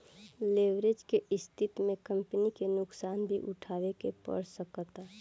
leverage के स्थिति में कंपनी के नुकसान भी उठावे के पड़ सकता